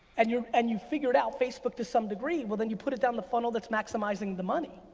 and you and you figured out facebook to some degree, well then you put it down the funnel that's maximizing the money.